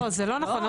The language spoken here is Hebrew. לא, זה לא נכון.